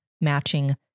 matching